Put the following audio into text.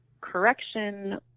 correction